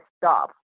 stop